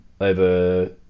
over